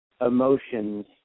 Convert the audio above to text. emotions